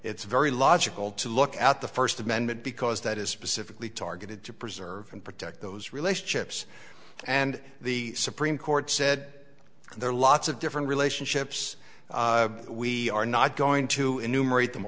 it's very logical to look at the first amendment because that is specifically targeted to preserve and protect those relationships and the supreme court said there are lots of different relationships we are not going to enumerate them